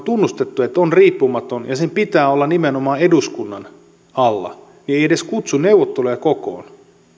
tunnustaneet että yleisradio on riippumaton ja että sen pitää olla nimenomaan eduskunnan alla neuvotteluja kokoon